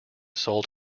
sold